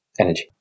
energy